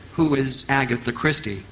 who is agatha christie?